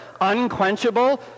unquenchable